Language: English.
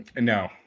No